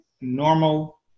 normal